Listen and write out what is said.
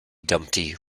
dumpty